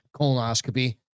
Colonoscopy